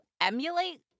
emulate